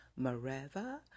Mareva